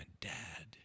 dad